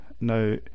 now